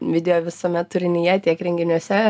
video visuomet turinyje tiek renginiuose